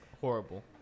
horrible